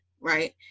right